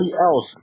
else